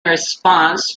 response